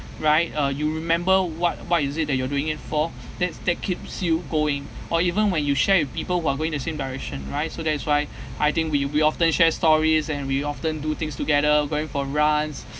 right uh you remember what what is it that you are doing it for that's that keeps you going or even when you share with people who are going the same direction right so that is why I think we we often share stories and we often do things together going for runs